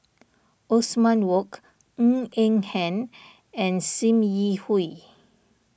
Othman Wok Ng Eng Hen and Sim Yi Hui